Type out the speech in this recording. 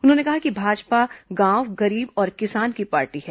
उन्होंने कहा कि भाजपा गांव गरीब और किसान की पार्टी है